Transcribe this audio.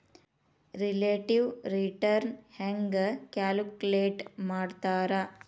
relative return ಹೆಂಗ calculate ಮಾಡ್ತಾರಾ